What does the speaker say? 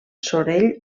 sorell